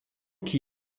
qui